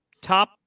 top